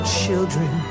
children